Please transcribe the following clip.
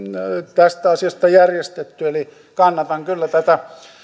tästä asiasta järjestetty eli kannatan kyllä tätä